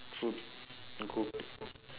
food to go to